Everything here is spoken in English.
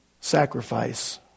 sacrifice